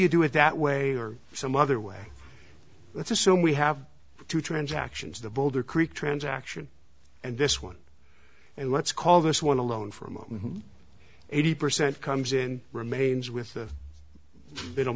you do it that way or some other way let's assume we have two transactions the boulder creek transaction and this one and let's call this one alone for a moment eighty percent comes in remains with the